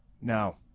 No